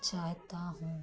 चाहता हूँ